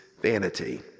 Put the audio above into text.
vanity